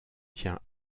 tient